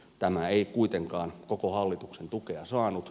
tämä ei kuitenkaan koko hallituksen tukea saanut